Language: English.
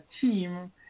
team